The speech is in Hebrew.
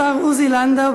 השר עוזי לנדאו,